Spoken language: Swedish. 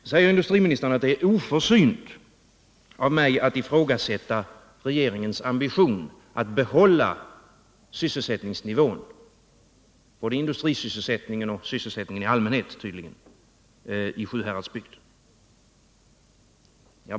Nu säger industriministern att det är oförsynt av mig att ifrågasätta regeringens ambition att behålla sysselsättningsnivån, både industrisysselsättningen och sysselsättningen i allmänhet, i Sjuhäradsbygden.